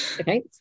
okay